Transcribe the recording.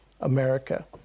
America